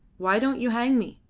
why don't you hang me?